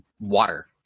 water